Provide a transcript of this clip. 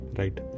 right